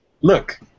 look